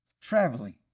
traveling